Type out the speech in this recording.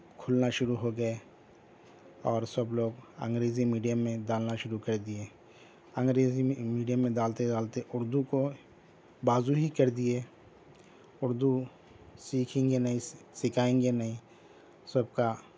کھلنا شروع ہو گئے اور سب لوگ انگریزی میڈیم میں ڈالنا شروع کر دیئے انگریزی میڈیم میں دالتے دالتے اردو کو بازو ہی کر دیئے اردو سیکھیں گے نہیں سکھائیں گے نہیں سب کا